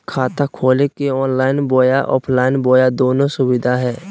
खाता खोले के ऑनलाइन बोया ऑफलाइन बोया दोनो सुविधा है?